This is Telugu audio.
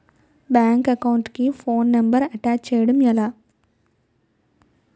బ్యాంక్ అకౌంట్ కి ఫోన్ నంబర్ అటాచ్ చేయడం ఎలా?